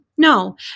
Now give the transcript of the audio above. No